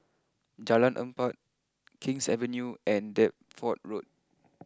Jalan Empat Kings Avenue and Deptford Road